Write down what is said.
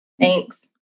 Thanks